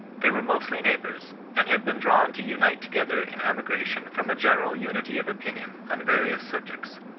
they were mostly neighbours, and had been drawn to unite together in emigration from a general unity of opinion on various subjects.